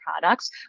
products